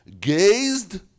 gazed